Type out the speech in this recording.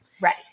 Right